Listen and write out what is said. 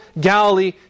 Galilee